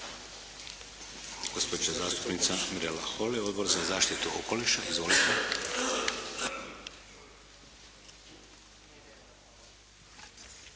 Gospođa zastupnica Mirela Holy, Odbor za zaštitu okoliša. **Holy,